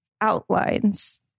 outlines